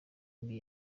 mbi